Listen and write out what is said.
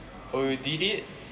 oh you did it